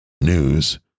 news